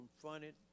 confronted